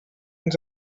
ens